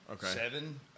seven